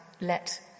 let